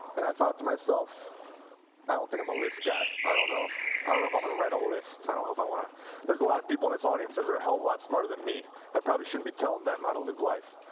and i thought to myself i don't think i'm a list guy. i don't know if i don't know if i'm going to write a list. i don't know if i want to there's a lot of people in this audience that are a helluva lot smarter than me, and i probably shouldn't be telling them how to live life.